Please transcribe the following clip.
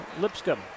Lipscomb